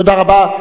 תודה רבה.